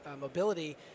mobility